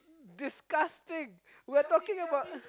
disgusting we're talking about